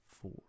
four